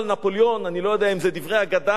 אני לא יודע אם זה דברי אגדה או דברים אמיתיים,